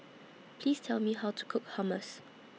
Please Tell Me How to Cook Hummus